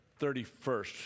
31st